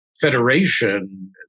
federation